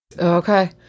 Okay